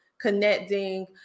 connecting